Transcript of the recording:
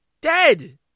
Dead